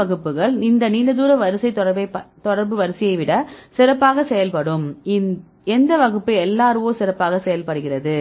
வகுப்புகள் இந்த நீண்ட தூர வரிசை தொடர்பு வரிசையை விட சிறப்பாக செயல்படும் எந்த வகுப்பு LRO சிறப்பாக செயல்படுகிறது